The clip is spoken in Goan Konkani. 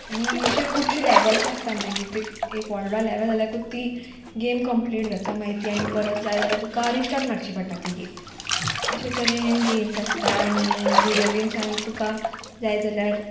आनी अशे खुबश्यो लेवल्स आसता मागीर ते एक व्हडलो लेवल जाल्यार ती गेम कंप्लीट जाता म्हायती आनी परत जाय जाल्यार तुका रिस्टार्ट मारची पडटा ती गेम अशे तरेन गेम्स आसता आनी विडियो गेम्सान तुका जाय जाल्यार